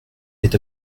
est